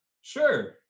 Sure